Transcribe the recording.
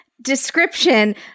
description